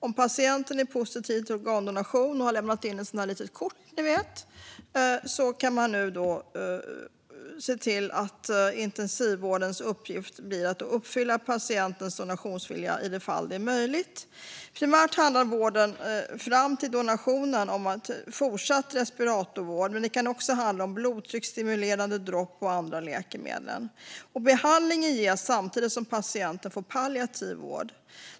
Om patienten är positiv till organdonation och har lämnat in ett sådant där litet kort kan man nu se till att intensivvårdens uppgift blir att uppfylla patientens donationsvilja i de fall detta är möjligt. Primärt handlar vården fram till donationen om fortsatt respiratorvård, men den kan också handla om blodtrycksstimulerande dropp och andra läkemedel. Behandlingen ges samtidigt som patienten får palliativ vård.